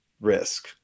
risk